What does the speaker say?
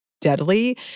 deadly